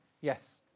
Yes